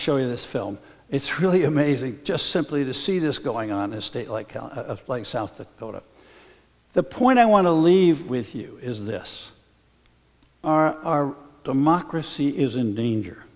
show you this film it's really amazing just simply to see this going on a state like of like south dakota the point i want to leave with you is this our democracy is in danger